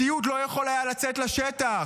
ציוד לא היה יכול לצאת לשטח.